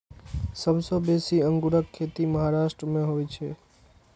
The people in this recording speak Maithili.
सबसं बेसी अंगूरक खेती महाराष्ट्र मे होइ छै